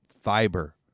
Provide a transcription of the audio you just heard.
fiber